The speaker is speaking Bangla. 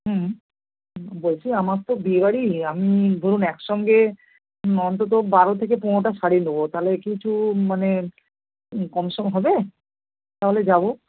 হুম হুম বলছি আমার তো বিয়েবাড়ি আমি ধরুন একসঙ্গে অন্তত বারো থেকে পনেরোটা শাড়ি নেব তাহলে কিছু মানে কমসম হবে তাহলে যাব